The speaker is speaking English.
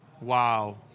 Wow